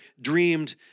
dreamed